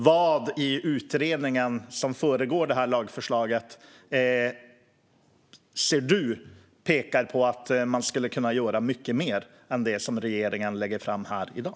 Vad i utredningen som föregår lagförslaget ser du pekar på att man skulle kunna göra mycket mer än det som regeringen lägger fram förslag om här i dag?